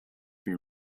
have